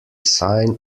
sign